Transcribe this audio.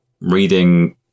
reading